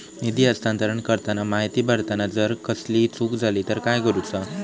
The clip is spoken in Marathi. निधी हस्तांतरण करताना माहिती भरताना जर कसलीय चूक जाली तर काय करूचा?